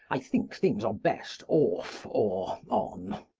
i think things are best off or on.